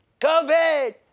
COVID